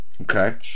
Okay